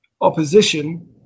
opposition